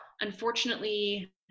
unfortunately